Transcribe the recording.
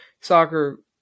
soccer